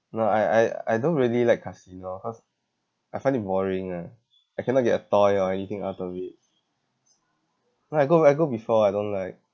no I I I don't really like casino cause I find it boring ah I cannot get a toy or anything out of it when I go when I go before I don't like